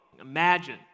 Imagine